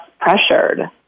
pressured